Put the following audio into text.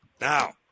Now